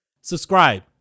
Subscribe